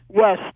Yes